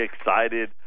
excited